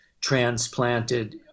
transplanted